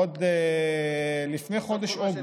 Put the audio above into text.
עוד לפני חודש אוגוסט,